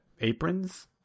aprons